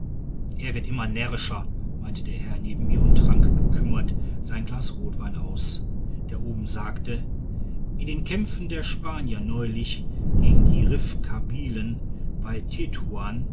er wird immer närrischer meinte der herr neben mir und trank bekümmert sein glas rotwein aus der oben sagte in den kämpfen der spanier neulich gegen die rifkabylen bei